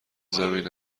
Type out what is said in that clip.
زمین